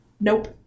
Nope